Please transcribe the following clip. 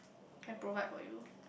can provide for you